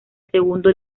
segundo